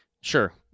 sure